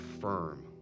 firm